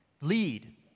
lead